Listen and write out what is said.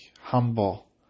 humble